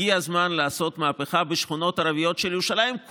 הגיע הזמן לעשות מהפכה בשכונות הערביות של ירושלים,